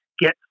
get